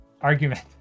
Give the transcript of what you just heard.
argument